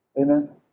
Amen